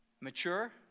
Mature